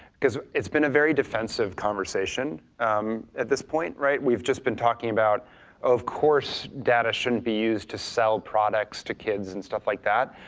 because it's been a very defensive conversation at this point. we've just been talking about of course data shouldn't be used to sell products to kids and stuff like that.